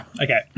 Okay